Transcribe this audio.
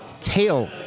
Tail